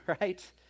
right